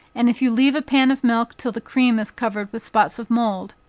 and if you leave a pan of milk till the cream is covered with spots of mould,